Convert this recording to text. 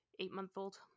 eight-month-old